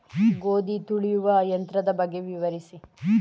ಗೋಧಿ ತುಳಿಯುವ ಯಂತ್ರದ ಬಗ್ಗೆ ವಿವರಿಸಿ?